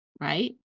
Right